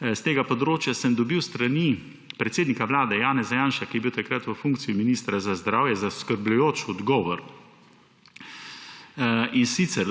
s tega področja sem dobil s strani predsednika Vlade Janeza Janše, ki je bil takrat v funkciji ministra za zdravje, zaskrbljujoč odgovor, in sicer